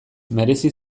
merezi